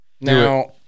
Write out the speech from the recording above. Now